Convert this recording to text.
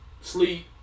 sleep